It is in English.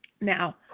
Now